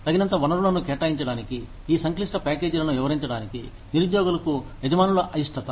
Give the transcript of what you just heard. తగినంత వనరులను కేటాయించడానికి ఈ సంక్లిష్ట ప్యాకేజీలను వివరించడానికి ఉద్యోగులకు యజమానుల అయిష్టత